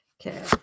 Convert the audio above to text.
Okay